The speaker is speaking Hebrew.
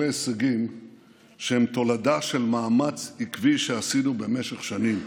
אלה הישגים שהם תולדה של מאמץ עקבי שעשינו במשך שנים,